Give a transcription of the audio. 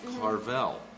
Carvel